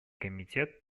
комитет